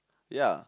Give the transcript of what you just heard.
ya